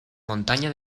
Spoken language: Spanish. montaña